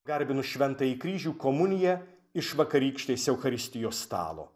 garbinu šventąjį kryžių komuniją iš vakarykštės eucharistijos stalo